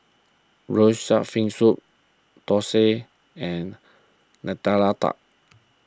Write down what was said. Braised Shark Fin Soup Thosai and Nutella Tart